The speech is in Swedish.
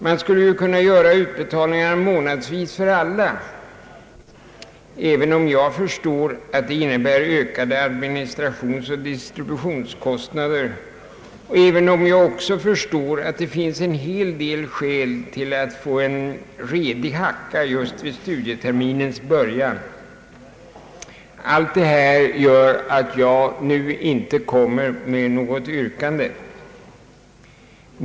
Man skulle kunna göra utbetalningarna månadsvis för alla, även om jag förstår att det innebär ökade administrationsoch distributionskostnader och även om jag också förstår att det finns en hel del skäl till att få en redig hacka just vid studieterminens början. Alit det här gör att jag nu inte kommer med något yrkande.